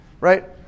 right